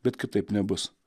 bet kitaip nebus